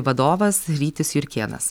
vadovas rytis jurkėnas